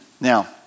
now